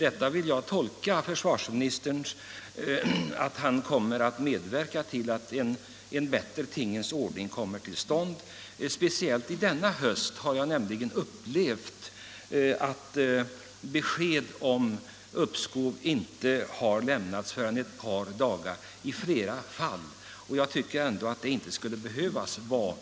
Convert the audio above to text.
Detta vill jag tolka så att försvarsministern kommer att medverka till en bättre tingens ordning. Speciellt denna höst har jag nämligen upplevt att besked om uppskov i flera fall inte har lämnats förrän ett par dagar i förväg. Jag tycker att det inte skulle behöva vara